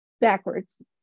backwards